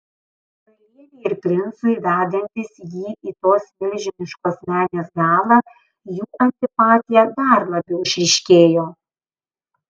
karalienei ir princui vedantis jį į tos milžiniškos menės galą jų antipatija dar labiau išryškėjo